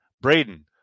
Braden